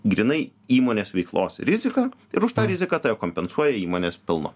grynai įmonės veiklos riziką ir už tą riziką tave kompensuoja įmonės pelnu